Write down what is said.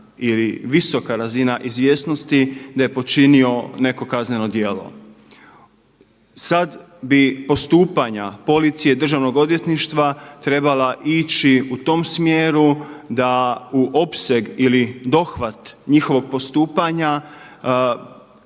ili visoka razina izvjesnosti da je počinio neko kazneno djelo. Sad bi postupanja policije, državnog odvjetništva trebala ići u tom smjeru da u opseg ili dohvat njihovog postupanja